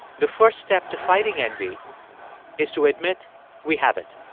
the first step to fighting envy is to admit we have it